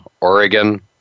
Oregon